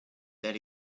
that